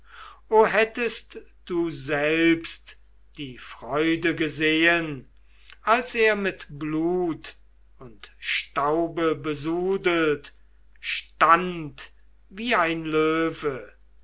hättest du selbst die freude gesehen als er mit blut und staube besudelt stand wie ein löwe